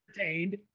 entertained